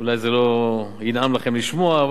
אולי לא ינעם לכם לשמוע את זה,